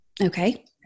Okay